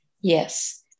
Yes